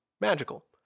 magical